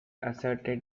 asserted